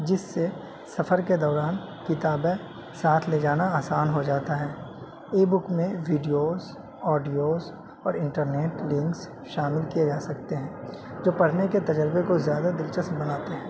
جس سے سفر کے دوران کتابیں ساتھ لے جانا آسان ہو جاتا ہے ای بک میں ویڈیوز آڈیوز اور انٹرنیٹ لنکس شامل کیے جا سکتے ہیں جو پڑھنے کے تجربے کو زیادہ دلچسپ بناتے ہیں